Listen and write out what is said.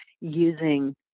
using